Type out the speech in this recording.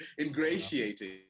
Ingratiating